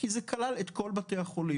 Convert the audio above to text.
כי זה כלל את כל בתי החולים.